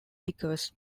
because